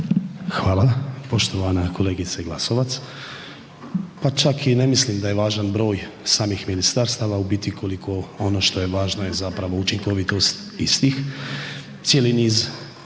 Hvala. Poštovana kolegice Glasovac, pa čak i ne mislim da je važan broj samih ministarstava u biti koliko ono što je važno je zapravo učinkovitost istih. Cijeli niz